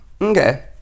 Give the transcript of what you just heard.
Okay